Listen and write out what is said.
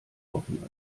offen